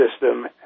system